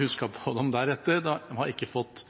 husket på dem deretter. De har ikke fått